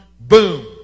Boom